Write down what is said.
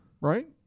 right